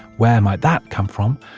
where might that come from?